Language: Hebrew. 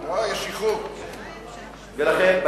ולכן,